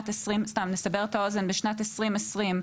כדי לסבר את האוזן, בשנת 2020,